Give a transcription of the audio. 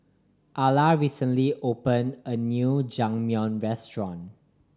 Alla recently opened a new Jajangmyeon Restaurant